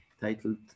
titled